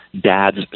dad's